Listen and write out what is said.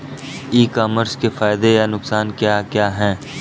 ई commerce के फायदे या नुकसान क्या क्या हैं?